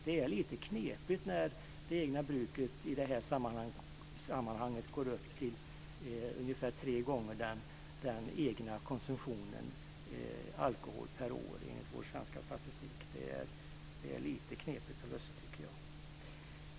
Det är lite knepigt att eget bruk i det här sammanhanget anses kunna motsvara ungefär tre gånger den egna konsumtionen av alkohol per år enligt vår svenska statistik.